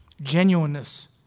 Genuineness